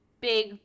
big